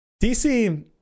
dc